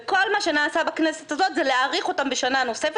כל מה שנעשה בכנסת הזאת זה להאריך אותם בשנה נוספת,